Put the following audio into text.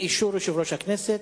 באישור יושב-ראש הכנסת.